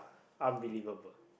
unbelievable